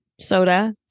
soda